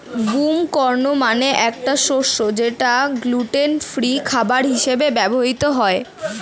broom corn মানে একটি শস্য যেটা গ্লুটেন ফ্রি খাবার হিসেবে ব্যবহার হয়